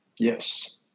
Yes